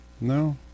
no